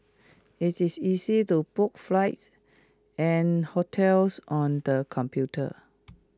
IT is easy to book flights and hotels on the computer